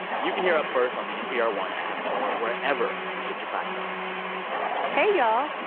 you can hear up first on the npr one app or wherever you get your podcasts hey y'all.